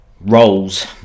roles